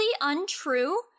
untrue